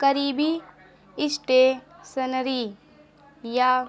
قریبی اسٹیسنری یا